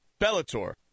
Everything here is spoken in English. Bellator